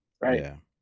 right